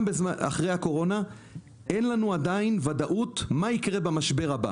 עדיין אין לנו ודאות מה יקרה במשבר הבא.